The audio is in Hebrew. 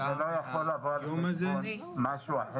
היום הזה -- אבל זה לא יכול לבוא על חשבון משהו אחר.